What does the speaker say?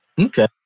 Okay